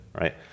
right